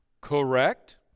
correct